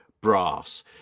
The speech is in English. brass